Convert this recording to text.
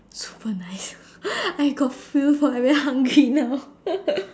super nice sia I got feel for it I very hungry now